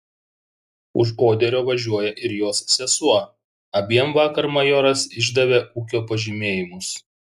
už oderio važiuoja ir jos sesuo abiem vakar majoras išdavė ūkio pažymėjimus